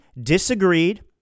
disagreed